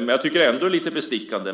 Men jag tycker ändå att det är lite bestickande.